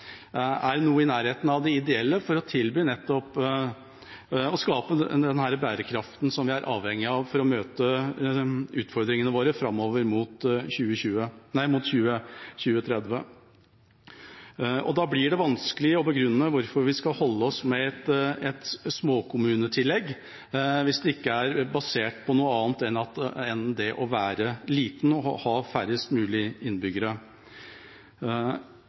er noe i nærheten av det ideelle for å skape denne bærekraften som vi er avhengig av for å møte utfordringene våre fram mot 2030. Da blir det vanskelig å begrunne hvorfor vi skal holde oss med et småkommunetillegg, hvis det ikke er basert på noe annet enn det å være liten og ha færrest mulig innbyggere.